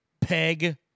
Peg